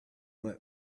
month